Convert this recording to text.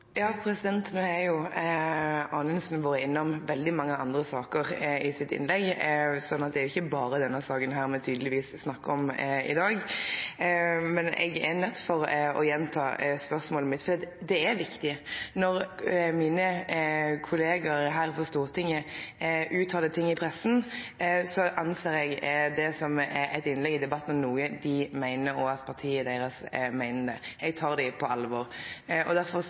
det er tydelegvis ikkje berre denne saken vi snakkar om i dag. Eg er nøydd til å gjenta spørsmålet mitt, for det er viktig. Når mine kollegaer her på Stortinget uttalar ting i pressa, ser eg på det som eit innlegg i debatten og noko dei og partiet deira meiner. Eg tek dei på alvor. Derfor er eg nøydd til å gjenta spørsmålet mitt til Anundsen: Meiner du og